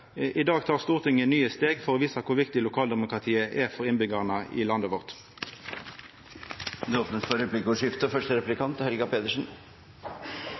I dag tek Stortinget nye steg for å visa kor viktig lokaldemokratiet er for innbyggjarane i landet vårt. Det blir replikkordskifte. Parallelt med den såkalte tidenes overføring av oppgaver til kommunene vil regjeringen frata kommunene makt og